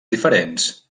diferents